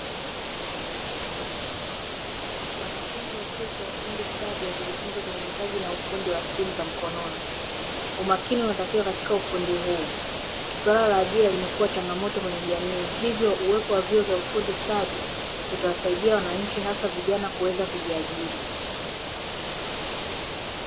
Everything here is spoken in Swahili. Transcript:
Wanafunzi wa chuo cha ufundi stadi wakijifunza utengenezaji na ufundi wa simu za mkononi. Umakini unatakiwa katika ufundi huu. Swala la ajira limekua na changamoto kwenye jamii, hivyo uwepo wa vyuo vya ufundi stadi kutawasaidia wananchi haswa vijana kuweza kujiajiri.